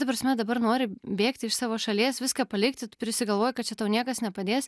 ta prasme dabar nori bėgti iš savo šalies viską palikti prisigalvoji kad čia tau niekas nepadės